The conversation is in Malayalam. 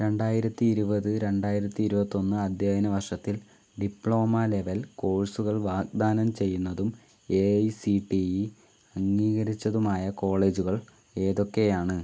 രണ്ടായിരത്തി ഇരുപത് രണ്ടായിരത്തി ഇരുപത്തൊന്ന് അധ്യായന വർഷത്തിൽ ഡിപ്ലോമ ലെവൽ കോഴ്സുകൾ വാഗ്ദാനം ചെയ്യുന്നതും A I C T E അംഗീകരിച്ചതുമായ കോളേജുകൾ ഏതൊക്കെയാണ്